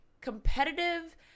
competitive